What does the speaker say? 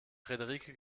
frederike